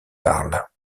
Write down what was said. parle